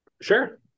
Sure